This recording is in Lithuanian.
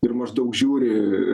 ir maždaug žiūri